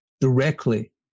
directly